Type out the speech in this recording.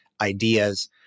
ideas